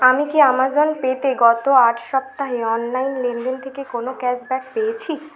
আমি কি আমাজন পেতে গত আট সপ্তাহে অনলাইন লেনদেন থেকে কোনো ক্যাশব্যাক পেয়েছি